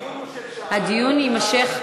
הדיון יימשך כשעה.